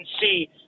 see